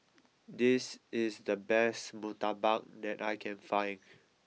this is the best Murtabak that I can find